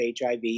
hiv